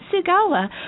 Sugawa